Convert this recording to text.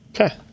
okay